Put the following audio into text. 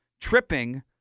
tripping